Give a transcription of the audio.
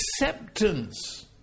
acceptance